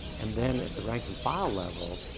and then at the rank and file level,